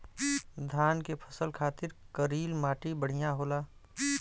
धान के फसल खातिर करील माटी बढ़िया होला